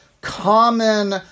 common